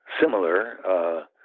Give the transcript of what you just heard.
similar